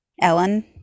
Ellen